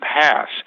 pass